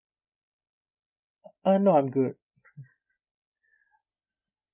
uh no I'm good